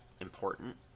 important